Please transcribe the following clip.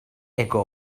ago